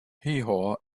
heehaw